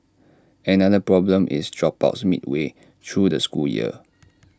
another problem is dropouts midway through the school year